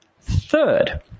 third